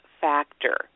factor